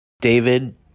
David